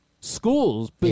schools